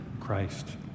Christ